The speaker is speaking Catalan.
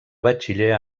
batxiller